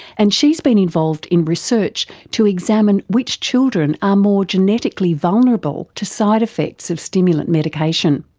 and she has been involved in research to examine which children are more genetically vulnerable to side effects of stimulant medication.